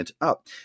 up